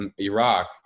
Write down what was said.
Iraq